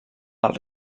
del